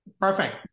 Perfect